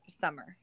summer